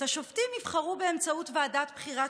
את השופטים יבחרו באמצעות ועדת בחירת